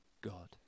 God